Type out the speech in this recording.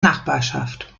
nachbarschaft